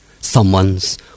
Someone's